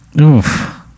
Oof